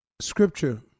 Scripture